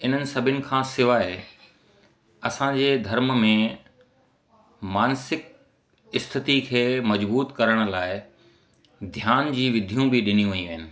इन्हनि सभिनी खां सिवाइ असांजे धर्म में मानसिक इस्थिति खे मज़बूतु करण लाइ ध्यान जी विधियूं बि ॾिनी वेयूं आहिनि